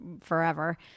forever